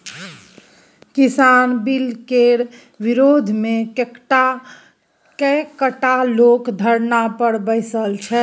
किसानक बिलकेर विरोधमे कैकटा लोग धरना पर बैसल छै